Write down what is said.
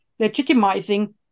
legitimizing